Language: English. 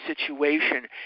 situation